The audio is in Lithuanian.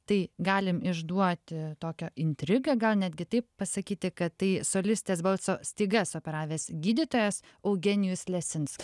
tai galim išduoti tokią intrigą gal netgi taip pasakyti kad tai solistės balso stygas operavęs gydytojas eugenijus lesinskas